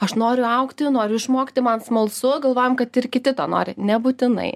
aš noriu augti noriu išmokti man smalsu galvojam kad ir kiti to nori nebūtinai